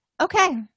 okay